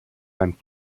beim